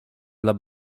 dla